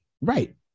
right